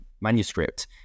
manuscript